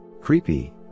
Creepy